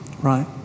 Right